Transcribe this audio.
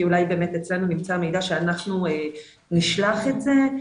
כי אולי אצלנו באמת נמצא המידע שאנחנו נשלח את זה.